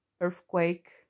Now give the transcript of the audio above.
earthquake